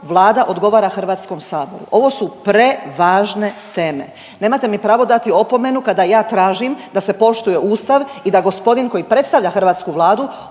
Vlada odgovara HS-u ovo su prevažne teme, nemate mi pravo dati opomenu kada ja tražim da se poštuje Ustav i da gospodin koji predstavlja hrvatsku Vladu